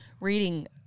reading